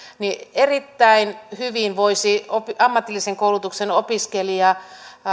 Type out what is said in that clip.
että erittäin hyvin voisi ammatillisen koulutuksen opiskelija